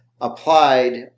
applied